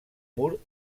mur